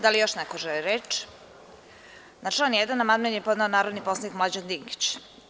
Da li još neko želi reč? (Ne) Na član 1. amandman je podneo narodni poslanik Mlađan Dinkić.